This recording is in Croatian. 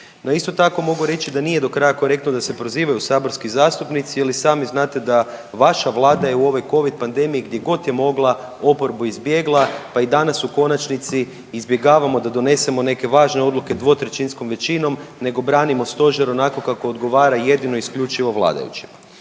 isto tako mogu reći da nije do kraja korektno da se prozivaju saborski zastupnici jel i sami znati da je vaša Vlada u ovoj covid pandemiji gdje god je mogla oprbu izbjegla pa i danas u konačnici izbjegavamo da donesemo neke važne odluke dvotrećinskom većinom nego branimo stožer onako kako odgovara jedino i isključivo vladajućima.